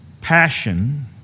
passion